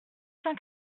cent